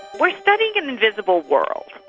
we're studying an invisible world,